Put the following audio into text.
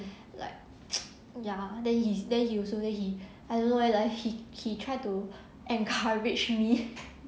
like ya then he then he also then he I don't know leh like he he try to encourage me